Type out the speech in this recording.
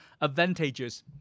advantages